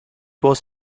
was